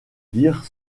dire